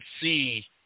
see